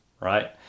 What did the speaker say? right